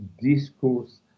discourse